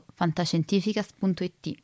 fantascientificas.it